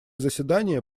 заседание